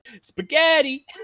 Spaghetti